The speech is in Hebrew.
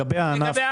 מה לגבי הענף?